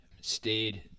stayed